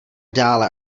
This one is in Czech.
dále